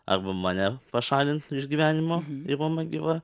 arba mane pašalint iš gyvenimo ir mama gyva